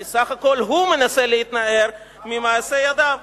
כי בסך הכול הוא מנסה להתנער ממעשה ידיו.